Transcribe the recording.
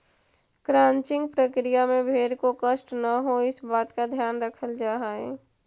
crutching प्रक्रिया में भेंड़ को कष्ट न हो, इस बात का ध्यान रखल जा हई